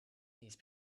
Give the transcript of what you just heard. these